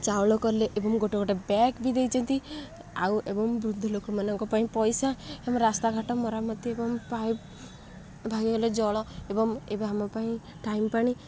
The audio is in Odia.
ଚାଉଳ କଲେ ଏବଂ ଗୋଟେ ଗୋଟେ ବ୍ୟାଗ୍ବି ଦେଇଛନ୍ତି ଆଉ ଏବଂ ବୃଦ୍ଧ ଲୋକମାନଙ୍କ ପାଇଁ ପଇସା ଏବଂ ରାସ୍ତାଘାଟ ମରାମତି ଏବଂ ପାଇପ୍ ଭାଙ୍ଗିଗଲେ ଜଳ ଏବଂ ଏବେ ଆମ ପାଇଁ ଟାଙ୍କି ପାଣି